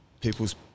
people's